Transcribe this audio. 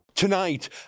Tonight